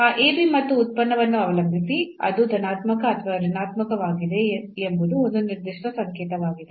ಆ ab ಮತ್ತು ಉತ್ಪನ್ನವನ್ನು ಅವಲಂಬಿಸಿ ಅದು ಧನಾತ್ಮಕ ಅಥವಾ ಋಣಾತ್ಮಕವಾಗಿದೆಯೇ ಎಂಬುದು ಒಂದು ನಿರ್ದಿಷ್ಟ ಸಂಕೇತವಾಗಿದೆ